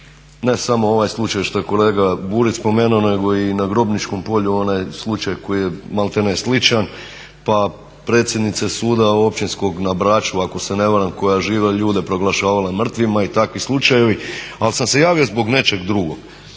ne samo ovaj slučaj što je kolega Burić spomenuo nego i na Grobničkom polju onaj slučaj koji je malterne sličan. Pa predsjednica suda općinskog na Braču ako se ne varam koja je žive ljude proglašavala mrtvima i takvi slučajevi. Ali sam se javio zbog nečeg drugog.